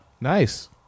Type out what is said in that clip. Nice